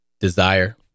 desire